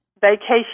Vacation